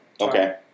okay